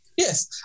Yes